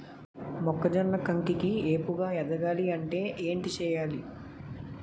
మొక్కజొన్న కంకి ఏపుగ ఎదగాలి అంటే ఏంటి చేయాలి?